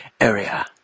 area